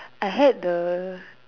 I had the